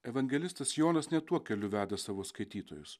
evangelistas jonas ne tuo keliu veda savo skaitytojus